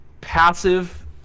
passive